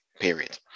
period